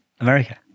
America